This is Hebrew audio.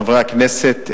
חברי הכנסת,